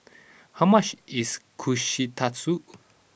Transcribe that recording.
how much is Kushikatsu